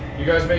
you guys.